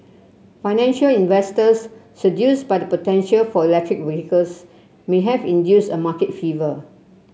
financial investors seduced by the potential for electric vehicles may have induced a market fever